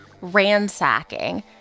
ransacking